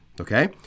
okay